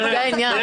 זה העניין.